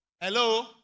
Hello